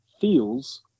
feels